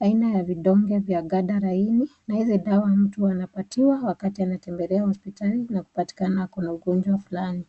aina ya vidonge vya [kadaraini]. Hizi dawa mtu anapatiwa wakati anatembelea hospitalini na kupatikana ako na ugonjwa fulani.